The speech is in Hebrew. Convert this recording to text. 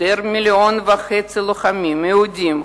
יותר ממיליון וחצי לוחמים יהודים,